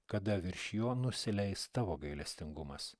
kada virš jo nusileis tavo gailestingumas